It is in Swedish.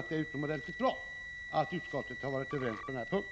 Det är utomordentligt bra att utskottet har varit överens på denna punkt.